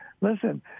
Listen